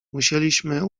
musieliśmy